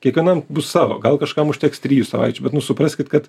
kiekvienam bus savo gal kažkam užteks trijų savaičių bet nu supraskit kad